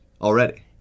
Already